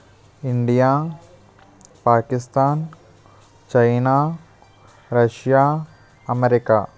India Pakistan China Russia America